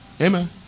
Amen